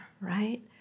right